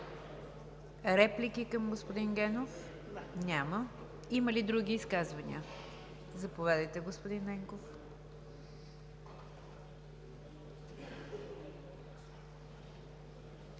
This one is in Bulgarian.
Реплики към господин Генов? Няма. Има ли други изказвания? Заповядайте, господин Ненков.